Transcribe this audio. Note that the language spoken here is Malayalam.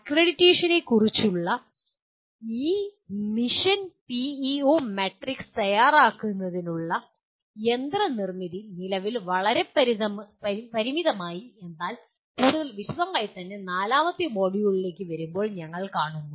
അക്രഡിറ്റേഷനെക്കുറിച്ചുള്ള ഈ മിഷൻ പിഇഒ മാട്രിക്സ് തയ്യാറാക്കുന്നതിനുള്ള യന്ത്രനിർമ്മിതി നിലവിൽ പരിമിതമായി എന്നാൽ കൂടുതൽ വിശദമായി നാലാമത്തെ മൊഡ്യൂളിലേക്ക് വരുമ്പോൾ ഞങ്ങൾ കാണുന്നു